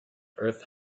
earth